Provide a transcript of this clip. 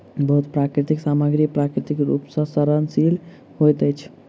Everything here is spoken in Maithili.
बहुत प्राकृतिक सामग्री प्राकृतिक रूप सॅ सड़नशील होइत अछि